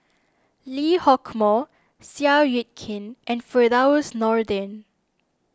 Lee Hock Moh Seow Yit Kin and Firdaus Nordin